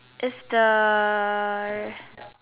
it's the